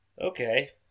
Okay